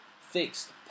fixed